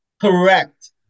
Correct